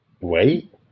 Wait